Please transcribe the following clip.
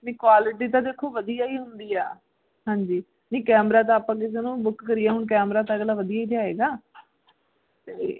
ਵੀ quality ਤਾਂ ਦੇਖੋ ਵਧੀਆ ਹੀ ਹੁੰਦੀ ਆ ਹਾਂਜੀ ਵੀ ਕੈਮਰਾ ਤਾਂ ਆਪਾਂ ਕਿਸੇ ਨੂੰ ਬੁੱਕ ਕਰੀਏ ਹੁਣ ਕੈਮਰਾ ਤਾਂ ਅਗਲਾ ਵਧੀਆ ਹੀ ਲਿਆਏਗਾ ਅਤੇ